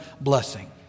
blessing